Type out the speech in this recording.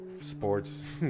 Sports